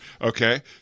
Okay